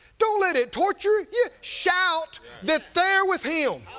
don't let it torture yeah shout that they are with him.